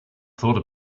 thought